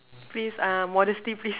please uh modesty please